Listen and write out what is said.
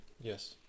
Yes